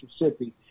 Mississippi